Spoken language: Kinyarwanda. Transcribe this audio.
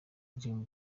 dream